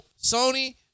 Sony